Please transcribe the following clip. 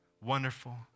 wonderful